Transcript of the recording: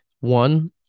one